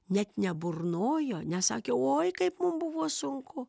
net neburnojo nesakė oi kaip mum buvo sunku